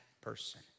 person